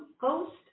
Ghost